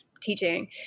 teaching